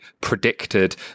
predicted